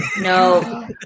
No